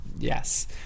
yes